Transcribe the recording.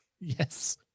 Yes